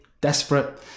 desperate